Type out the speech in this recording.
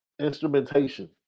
instrumentation